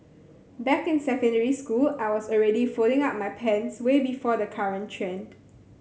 back in secondary school I was already folding up my pants way before the current trend